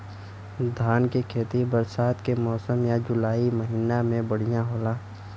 धान के खेती बरसात के मौसम या जुलाई महीना में बढ़ियां होला?